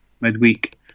midweek